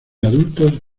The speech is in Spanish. adultos